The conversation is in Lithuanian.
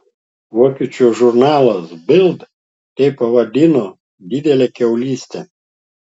vokiečių žurnalas bild tai pavadino didele kiaulyste